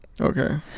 Okay